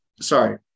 Sorry